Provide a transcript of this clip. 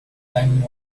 time